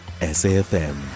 SAFM